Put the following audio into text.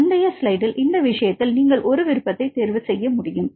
முந்தைய ஸ்லைடில் இந்த விஷயத்தில் நீங்கள் ஒரு விருப்பத்தை தேர்வு செய்ய முடியும்